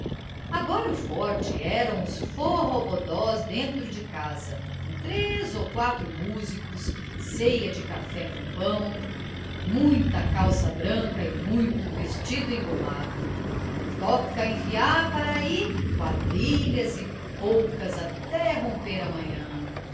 agora o forte eram os forrobodós dentro de casa com três ou quatro músicos ceia de café com pão muita calça branca e muito vestido engomado e toca a enfiar para ai quadrilhas e polcas ate romper a manhã